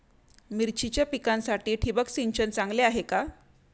मिरचीच्या पिकासाठी ठिबक सिंचन चांगले आहे का?